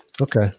Okay